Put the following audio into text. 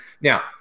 Now